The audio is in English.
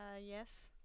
Yes